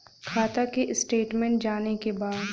खाता के स्टेटमेंट जाने के बा?